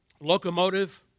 locomotive